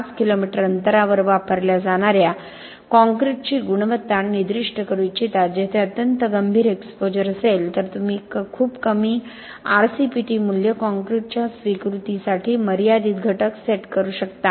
5 kilometre अंतरावर वापरल्या जाणार्या काँक्रीटची गुणवत्ता निर्दिष्ट करू इच्छितात जेथे अत्यंत गंभीर एक्सपोजर असेल तर तुम्ही खूप कमी आरसीपीटी मूल्य कॉंक्रिटच्या स्वीकृतीसाठी मर्यादित घटक सेट करू शकता